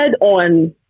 on